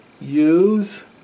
use